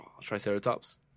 triceratops